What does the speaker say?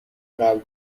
قبل